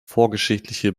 vorgeschichtliche